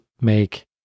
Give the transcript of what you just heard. make